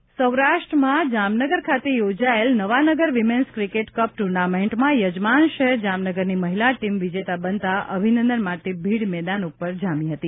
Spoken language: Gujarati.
મહિલા ક્રિકેટ સૌરાષ્ટ્રમાં જામનગર ખાતે યોજાયેલ નવાનગર વિમેન્સ ક્રિકેટ કપ ટ્ર્નામેનટમાં યજમાન શહેર જામનગરની મહિલા ટીમ વિજેતા બનતા અભિનંદન માટે ભીડ મેદાન ઉપર જામી હતી